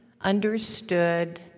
understood